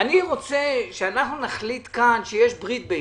אני רוצה שנחליט פה שיש ברית בינינו.